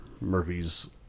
Murphy's